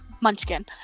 munchkin